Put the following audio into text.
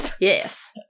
Yes